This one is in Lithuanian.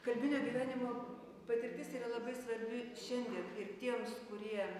kalbinio gyvenimo patirtis yra labai svarbi šiandien ir tiems kurie